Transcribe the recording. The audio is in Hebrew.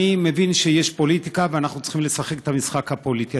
אני מבין שיש פוליטיקה ואנחנו צריכים לשחק את המשחק הפוליטי.